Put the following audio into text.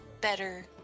better